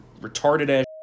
retarded-ass